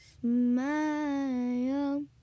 smile